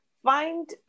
Find